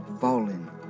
falling